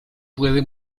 puede